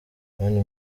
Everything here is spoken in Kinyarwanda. mani